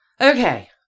okay